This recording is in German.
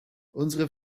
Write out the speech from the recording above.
unsere